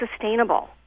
sustainable